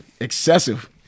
excessive